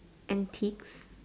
antiques